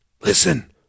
Listen